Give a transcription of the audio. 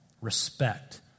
respect